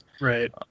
Right